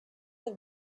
have